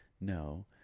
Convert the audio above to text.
No